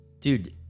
dude